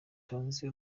tonzi